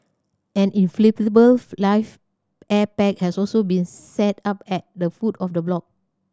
an inflatable life air pack had also been set up at the foot of the block